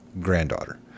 granddaughter